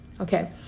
okay